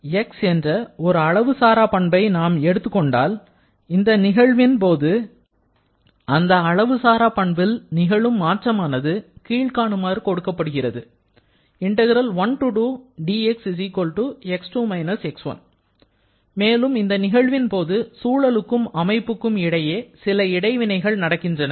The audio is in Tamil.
X என்ற ஒரு அளவு சாரா பண்பை நாம் எடுத்துக் கொண்டால் இந்த நிகழ்வின் போது அந்த அளவுசாரா பண்பில் நிகழும் மாற்றமானதுகீழ்காணுமாறு கொடுக்கப்படுகிறது மேலும் இந்த நிகழ்வின் போது சூழலுக்கும் அமைப்புக்கும் இடையே சில இடைவினைகள் நடக்கின்றன